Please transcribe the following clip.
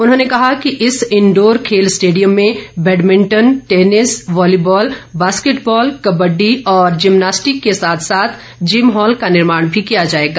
उन्होंने कहा कि इस इंडोर खेल स्टेडियम में badminton tennis volleyball basketball kabaddi और जिमनास्टिक के साथ साथ जिम हॉल का निर्माण भी किया जाएगा